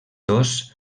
dos